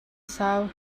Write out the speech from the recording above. sau